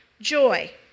joy